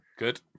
Good